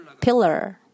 pillar